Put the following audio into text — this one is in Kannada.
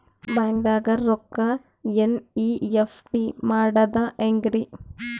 ಬ್ಯಾಂಕ್ದಾಗ ರೊಕ್ಕ ಎನ್.ಇ.ಎಫ್.ಟಿ ಮಾಡದ ಹೆಂಗ್ರಿ?